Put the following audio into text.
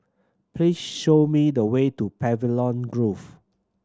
please show me the way to Pavilion Grove